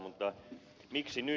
mutta miksi nyt